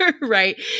Right